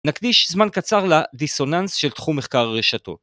נקדיש זמן קצר לדיסוננס של תחום מחקר רשתות.